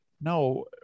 No